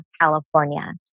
California